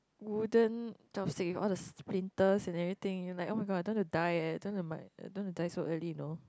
wooden chopsticks with all the splinters and everything you'll like oh-my-god I don't want to die eh I don't want to I don't want to die so early you know